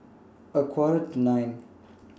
A Quarter to nine